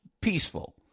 peaceful